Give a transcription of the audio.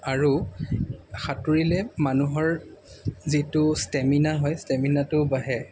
আৰু সাঁতুৰিলে মানুহৰ যিটো ষ্টেমিনা হয় ষ্টেমিনাটো বাঢ়ে